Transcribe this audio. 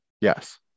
Yes